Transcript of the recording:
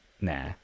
Nah